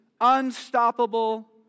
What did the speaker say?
unstoppable